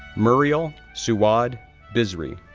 meriel souad bizri,